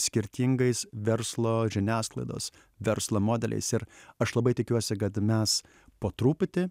skirtingais verslo žiniasklaidos verslo modeliais ir aš labai tikiuosi kad mes po truputį